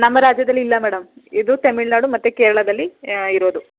ನಮ್ಮ ರಾಜ್ಯದಲ್ಲಿ ಇಲ್ಲ ಮೇಡಮ್ ಇದು ತಮಿಳ್ನಾಡು ಮತ್ತೆ ಕೇರಳದಲ್ಲಿ ಇರೋದು